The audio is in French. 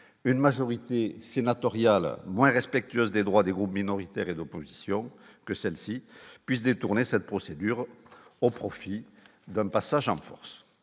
une majorité sénatoriale moins respectueuses des droits des groupes minoritaires et d'opposition, que celle-ci puisse détourner cette procédure au profit d'un passage en force,